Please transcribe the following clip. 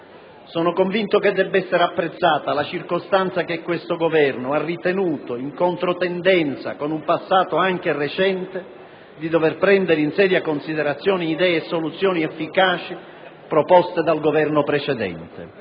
Sono convinto che debba essere apprezzata la circostanza che questo Governo, in controtendenza con un passato anche recente, ha ritenuto di dover prendere in seria considerazione idee e soluzioni efficaci proposte dall'Esecutivo precedente.